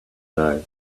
know